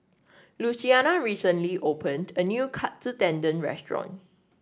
Luciana recently opened a new Katsu Tendon Restaurant